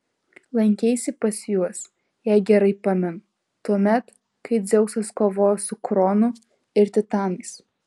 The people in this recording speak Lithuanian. lankeisi pas juos jei gerai pamenu tuomet kai dzeusas kovojo su kronu ir titanais